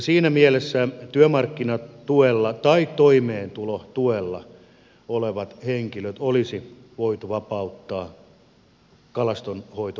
siinä mielessä työmarkkinatuella tai toimeentulotuella olevat henkilöt olisi voitu vapauttaa kalastonhoitomaksusta